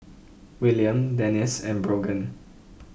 Willian Denisse and Brogan